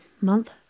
month